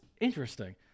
interesting